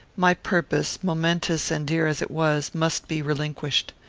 my purpose, momentous and dear as it was, must be relinquished.